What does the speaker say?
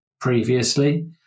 previously